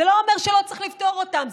זה לא אומר שלא צריך לפתור אותן.